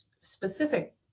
specific